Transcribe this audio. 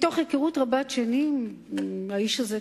מתוך היכרות רבת שנים עם האיש הזה,